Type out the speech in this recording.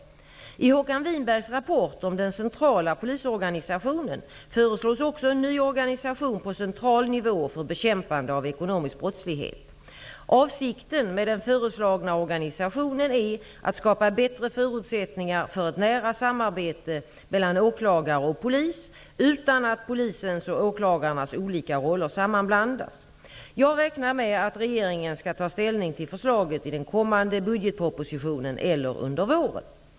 I Håkan Winbergs rapport om den centrala polisorganisationen föreslås också en ny organisation på central nivå för bekämpande av ekonomisk brottslighet. Avsikten med den föreslagna organisationen är att skapa bättre förutsättningar för ett nära samarbete mellan åklagare och polis utan att polisens och åklagarnas olika roller sammanblandas. Jag räknar med att regeringen skall ta ställning till förslaget i den kommande budgetpropositionen eller under våren.